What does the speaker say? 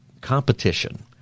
competition